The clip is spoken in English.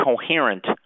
coherent